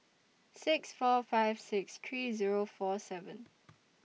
six four five six three Zero four seven